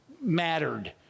mattered